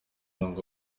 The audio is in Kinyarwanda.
muhango